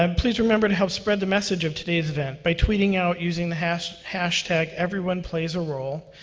um please remember to help spread the message of today's event by tweeting out using the hashtag hashtag everyoneplaysarole,